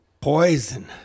poison